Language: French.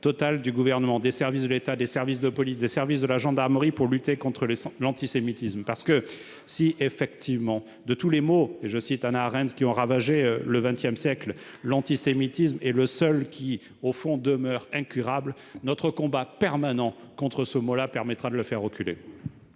total du Gouvernement, des services de l'État, des services de police et des services de la gendarmerie pour lutter contre l'antisémitisme. Si, pour citer Hannah Arendt, « De tous les maux qui ont ravagé le XXsiècle, l'antisémitisme est le seul qui, au fond, demeure incurable », notre combat permanent contre ce mal permettra de le faire reculer.